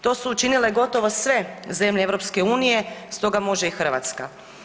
To su učinile gotovo sve zemlje EU stoga može i Hrvatska.